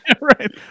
right